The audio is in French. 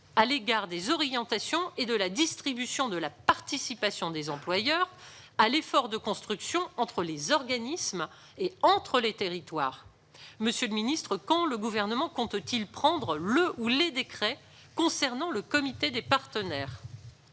au regard des orientations et de la distribution de la participation des employeurs à l'effort de construction entre les organismes et entre les territoires. Monsieur le secrétaire d'État, quand le Gouvernement compte-t-il prendre le ou les décrets concernant le comité des partenaires